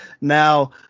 Now